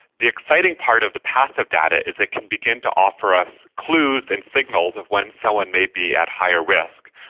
the exciting part of the passive data is it can begin to offer us clues and signals of when someone may be at higher risk.